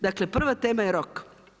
Dakle prva tema je rok.